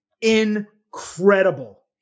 incredible